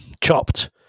chopped